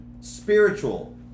spiritual